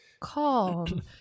calm